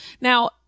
Now